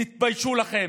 תתביישו לכם.